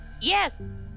Yes